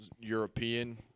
European